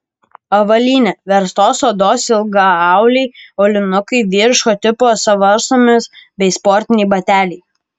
avalynė verstos odos ilgaauliai aulinukai vyriško tipo suvarstomi bei sportiniai bateliai